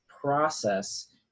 process